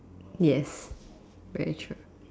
yes very true